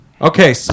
Okay